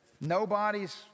nobody's